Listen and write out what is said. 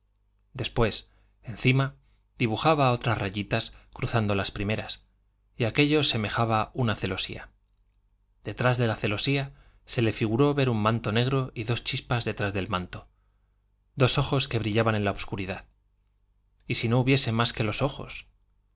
después encima dibujaba otras rayitas cruzando las primeras y aquello semejaba una celosía detrás de la celosía se le figuró ver un manto negro y dos chispas detrás del manto dos ojos que brillaban en la obscuridad y si no hubiese más que los ojos